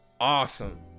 awesome